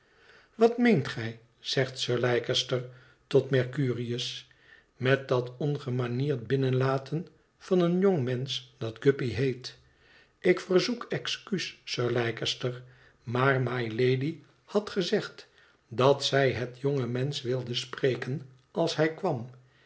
wat meent gij zegt sir leicester tot mercurius met dat ongemanierd binnenlaten van een jongmensch dat guppy heet ik verzoek excuus sir leicester maar mylady had gezegd dat zij het jonge mensch wilde spreken als hij kwam